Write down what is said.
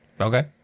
Okay